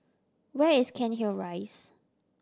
where is Cairnhill Rise